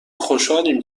خوشحالیم